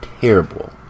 terrible